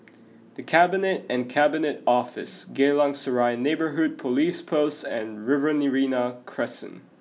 the Cabinet and Cabinet Office Geylang Serai Neighbourhood Police Post and Riverina Crescent